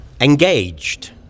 engaged